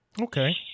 Okay